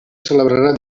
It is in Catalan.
celebrarà